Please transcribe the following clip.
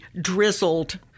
drizzled